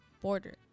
border